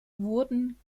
wurden